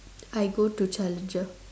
I go to Challenger